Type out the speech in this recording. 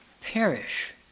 perish